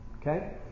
Okay